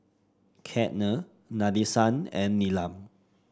Ketna Nadesan and Neelam